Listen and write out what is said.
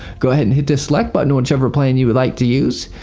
go ahead and hit the select button on whichever plan you would like to use.